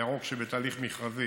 והירוק, שבתהליך מכרזי,